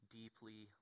deeply